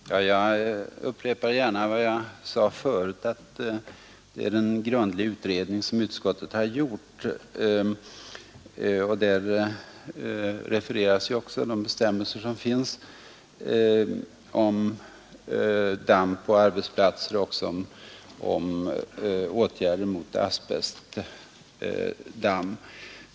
Fru talman! Jag upprepar gärna vad jag sade förut att det är en grundlig utredning som utskottet har gjort. Utskottet refererar ju också de bestämmelser som finns om damm på arbetsplatser och om åtgärder mot asbestdamm.